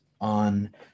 on